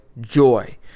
joy